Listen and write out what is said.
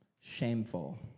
shameful